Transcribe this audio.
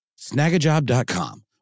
Snagajob.com